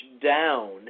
down